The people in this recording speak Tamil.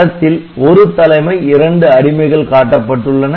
படத்தில் ஒரு தலைமை இரண்டு அடிமைகள் காட்டப்பட்டுள்ளன